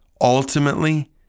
ultimately